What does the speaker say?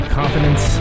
confidence